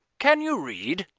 can you read?